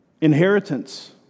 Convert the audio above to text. inheritance